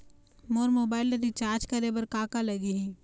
मोर mobile ला recharge करे बर का का लगही?